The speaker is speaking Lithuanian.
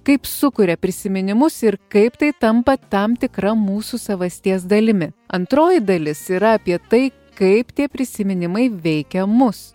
kaip sukuria prisiminimus ir kaip tai tampa tam tikra mūsų savasties dalimi antroji dalis yra apie tai kaip tie prisiminimai veikia mus